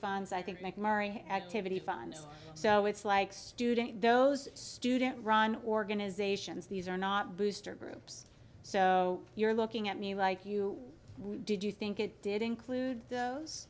funds i think mari activity funds so it's like student those student run organizations these are not booster groups so you're looking at me like you did you think it did include those